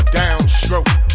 downstroke